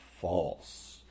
false